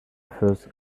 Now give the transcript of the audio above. first